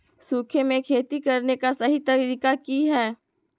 सूखे में खेती करने का सही तरीका की हैय?